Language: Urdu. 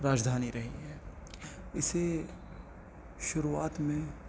راجدھانی رہی ہے اسے شروعات میں